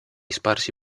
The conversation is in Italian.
sparsi